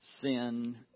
sin